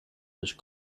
which